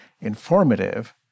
informative